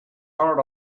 heart